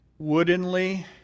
Woodenly